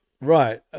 Right